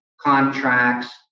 contracts